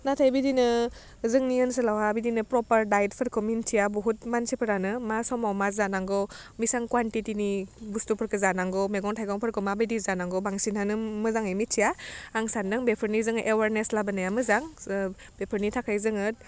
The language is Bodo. नाथाय बिदिनो जोंनि ओनसोलावहा बिदिनो प्रपार दाइटफोरखौ मिनथिया बुहुत मानसिफोरानो मा समाव मा जानांगौ बिसिबां कवानटिटिनि बुस्थुफोरखौ जानांगौ मेगं थाइगंफोरखौ माबायदि जानांगौ बांसिनानो मोजाङै मिथिया आं सानदों बेफोरनि जोङो एवारनेस लाबोनाया मोजां ओह बेफोरनि थाखाय जोङो